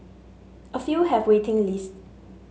a few have waiting lists